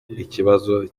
ikibazo